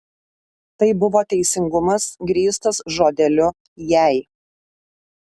tai buvo teisingumas grįstas žodeliu jei